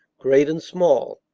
great and small.